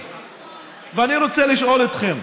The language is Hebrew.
אני רוצה לשאול אתכם: